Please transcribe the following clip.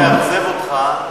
אני מצטער לאכזב אותך.